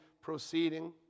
proceeding